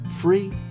free